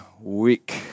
week